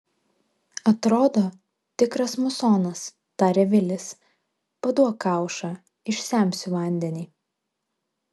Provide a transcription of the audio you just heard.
atrodo tikras musonas tarė vilis paduok kaušą išsemsiu vandenį